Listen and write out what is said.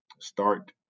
start